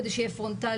כדי שיהיה פרונטלי,